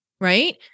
right